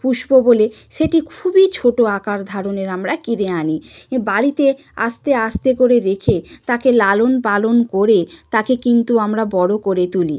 পুষবো বলে সেটি খুবই ছোটো আকার ধারনের আমরা কিনে আনি এ বাড়িতে আস্তে আস্তে করে রেখে তাকে লালন পালন করে তাকে কিন্তু আমরা বড়ো করে তুলি